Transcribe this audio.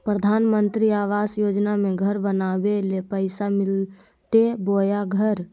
प्रधानमंत्री आवास योजना में घर बनावे ले पैसा मिलते बोया घर?